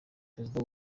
perezida